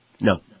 No